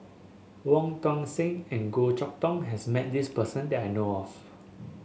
Wong Tuang Seng and Goh Chok Tong has met this person that I know of